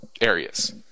areas